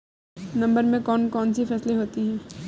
नवंबर में कौन कौन सी फसलें होती हैं?